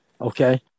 Okay